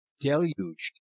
deluged